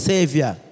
Savior